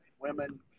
women